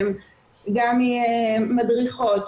גם ממדריכות,